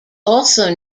also